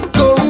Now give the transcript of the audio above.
go